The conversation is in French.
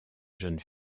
jeunes